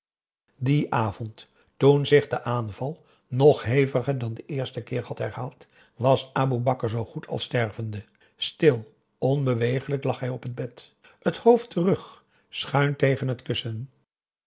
dien avond toen zich de aanval nog heviger dan den eersten keer had herhaald was aboe bakar zoo goed als stervende stil onbeweeglijk lag hij op het bed t hoofd terug schuin tegen het kussen